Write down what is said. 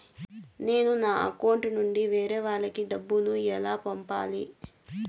నేను నా అకౌంట్ నుండి వేరే వాళ్ళకి డబ్బును ఎలా పంపాలి?